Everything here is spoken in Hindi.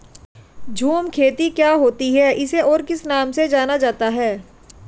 झूम खेती क्या होती है इसे और किस नाम से जाना जाता है?